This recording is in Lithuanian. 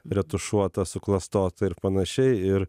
retušuota suklastota ir panašiai ir